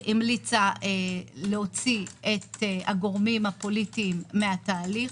המליצה להוציא את הגורמים הפוליטיים מהתהליך.